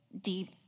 deep